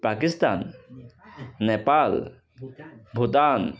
Pakistan Nepal Bhutan